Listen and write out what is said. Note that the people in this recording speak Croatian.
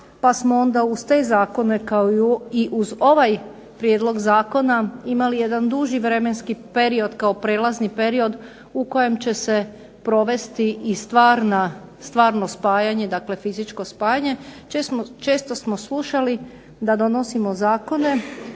pa smo onda uz te Zakone kao i uz ovaj Prijedlog zakona imali jedan duži vremenski period kao prijelazni period u kojem će se provesti stvarno spajanje dakle fizičko spajanje. Često smo slušali da donosimo zakone